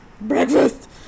Breakfast